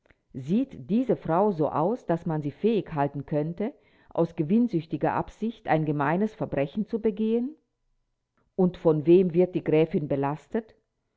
sieht diese frau so aus daß man sie fähig halten könnte aus gewinnsüchtiger absicht ein gemeines verbrechen zu begehen und von wem wird die gräfin belastet